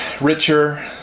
richer